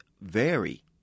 vary